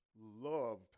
loved